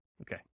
Okay